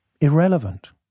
irrelevant